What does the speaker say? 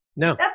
No